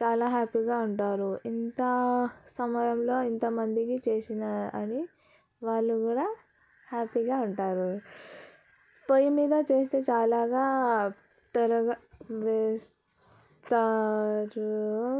చాలా హ్యాపీగా ఉంటారు ఇంత సమయంలో ఇంతమందికి చేసినా అని వాళ్ళు కూడా హ్యాపీగా ఉంటారు పొయ్యి మీద చేస్తే చాలా త్వరగా చేస్తారు